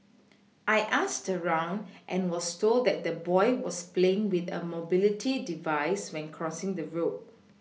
I asked around and was told that the boy was playing with a mobility device when crossing the road